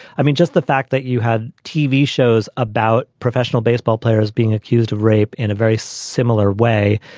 i mean, just the fact that you had tv shows about professional baseball players being accused of rape in a very similar way,